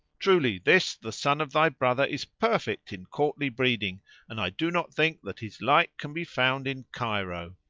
truly this the son of thy brother is perfect in courtly breeding and i do not think that his like can be found in cairo.